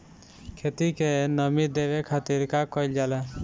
खेत के नामी देवे खातिर का कइल जाला?